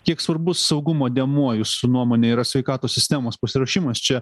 kiek svarbus saugumo dėmuo jūsų nuomone yra sveikatos sistemos pasiruošimas čia